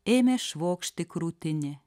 ėmė švokšti krūtinė